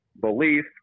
belief